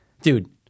Dude